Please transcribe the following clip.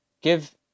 give